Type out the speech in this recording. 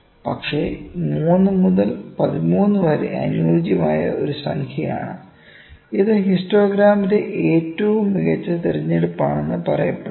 പക്ഷേ 3 മുതൽ 13 വരെ അനുയോജ്യമായ ഒരു സംഖ്യയാണ് ഇത് ഹിസ്റ്റോഗ്രാമിന്റെ ഏറ്റവും മികച്ച തിരഞ്ഞെടുപ്പാണെന്ന് പറയപ്പെടുന്നു